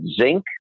zinc